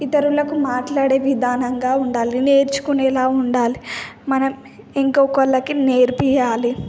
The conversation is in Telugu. ఇతరులకు మాట్లాడే విధానంగా ఉండాలి నేర్చుకునేలా ఉండాలి మనం ఇంకొకరికి నేర్పియ్యాలి